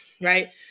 right